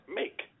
make